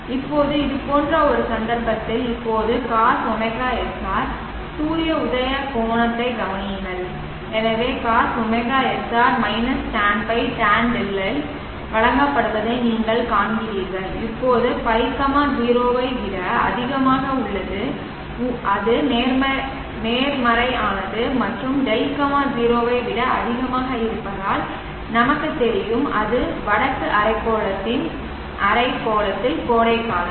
இப்போது இதுபோன்ற ஒரு சந்தர்ப்பத்தில் இப்போது cos ωsr சூரிய உதயக் கோணத்தைக் கவனியுங்கள் எனவே cos ωsr tanϕ tanδ ஆல் வழங்கப்படுவதை நீங்கள் காண்கிறீர்கள் இப்போது ϕ 0 ஐ விட அதிகமாக உள்ளது அது நேர்மறையானது மற்றும்δ 0 ஐ விட அதிகமாக இருப்பதால் நமக்கு தெரியும் வடக்கு அரைக்கோளத்தில் கோடை காலம்